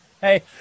hey